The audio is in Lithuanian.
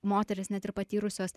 moterys net ir patyrusios